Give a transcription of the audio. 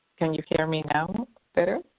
can you hear me now better?